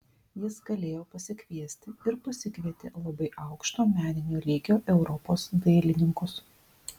jis galėjo pasikviesti ir pasikvietė labai aukšto meninio lygio europos dailininkus